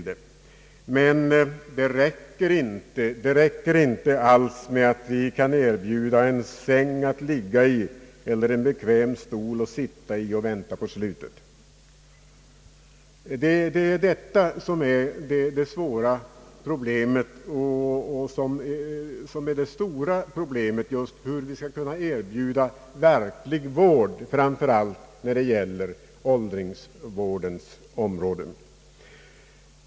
Det räcker dock inte alls med att vi kan erbjuda en säng att ligga i eller en bekväm stol att sitta i och vänta på slutet. Det svåra och det stora problemet just nu är hur vi skall kunna erbjuda verklig vård, framför allt när det gäller åldringsvården.